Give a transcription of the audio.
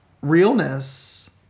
realness